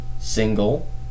single